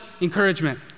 encouragement